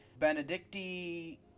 benedicti